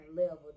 level